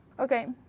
okay.